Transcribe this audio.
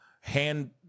hand